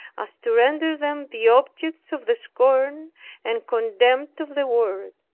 as to render them the objects of the scorn and contempt of the world.